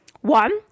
One